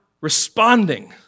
responding